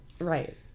right